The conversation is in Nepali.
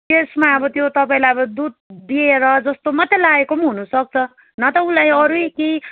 त्यसमा अब त्यो तपाईँलाई अब दुध दिएर जस्तो मात्रै लागेको पनि हुनुसक्छ न त उसलाई अरू केही